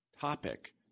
topic